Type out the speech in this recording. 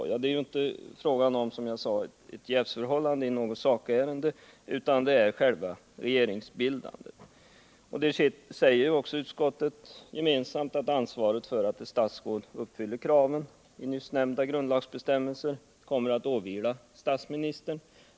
Det är, som jag sade, inte fråga om ett jävsförhållande i något sakärende utan det är själva regeringsbildandet. Utskottet säger också att ansvaret för att ett statsråd uppfyller kraven i nyssnämnda grundlagsbestämmelser kommer att åvila statsministern.